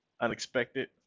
unexpected